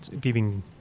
giving